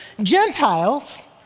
Gentiles